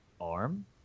arm